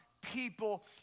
people